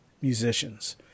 musicians